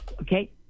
Okay